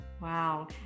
Wow